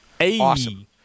Awesome